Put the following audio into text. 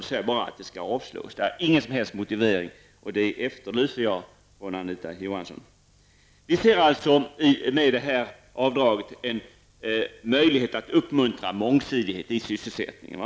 Det står bara att förslaget bör avstyrkas, utan någon som helst motivering. Jag efterlyser en motivering, Anita Johansson! Vi ser alltså att det med detta avdrag finns en möjlighet att uppmuntra mångsidighet i sysselsättningen.